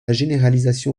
généralisation